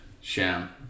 sham